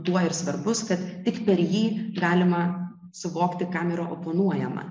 tuo ir svarbus kad tik per jį galima suvokti kam yra oponuojama